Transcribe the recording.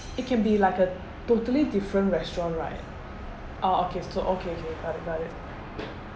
it can be like a totally different restaurant right ah okay so okay okay got it got it